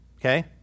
okay